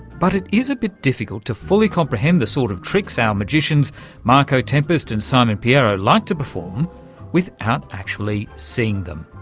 but it is a bit difficult to fully comprehend the sort of tricks our magicians marco tempest and simon pierro like to perform without actually seeing them.